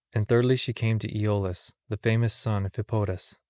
and thirdly she came to aeolus, the famous son of hippotas.